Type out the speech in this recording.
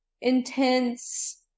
intense